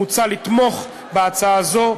מוצע לתמוך בהצעה זו,